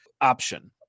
option